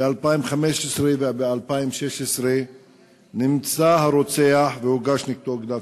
ב-2015 וב-2016 נמצא הרוצח והוגש נגדו כתב-אישום?